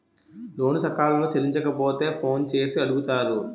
లోను సకాలంలో చెల్లించకపోతే ఫోన్ చేసి అడుగుతారు